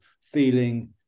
feeling